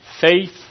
faith